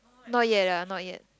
no yet lah not yet